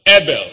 Abel